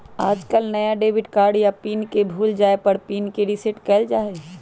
आजकल नया debit card या पिन के भूल जाये पर ही पिन के रेसेट कइल जाहई